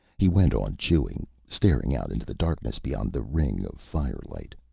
he went on chewing, staring out into the darkness beyond the ring of firelight.